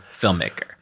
filmmaker